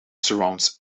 surrounds